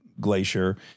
Glacier